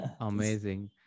Amazing